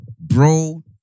bro